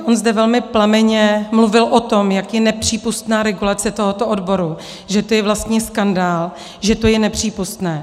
On zde velmi plamenně mluvil o tom, jak je nepřípustná regulace tohoto odboru, že to je vlastně skandál, že to je nepřípustné.